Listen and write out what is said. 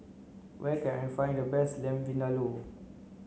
where can I find the best Lamb Vindaloo